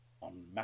on